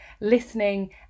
listening